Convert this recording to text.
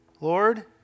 Lord